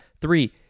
Three